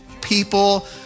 people